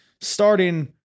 starting